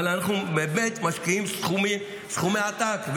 אבל אנחנו באמת משקיעים סכומי עתק,